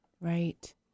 right